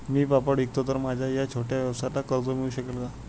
मी पापड विकतो तर माझ्या या छोट्या व्यवसायाला कर्ज मिळू शकेल का?